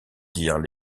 dirent